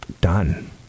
done